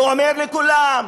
ואומר לכולם: